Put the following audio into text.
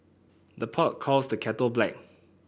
the pot calls the kettle black